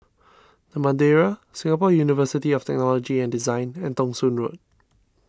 the Madeira Singapore University of Technology and Design and Thong Soon Road